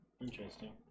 Interesting